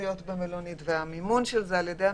להיות במלונית והמימון של זה על ידי המדינה,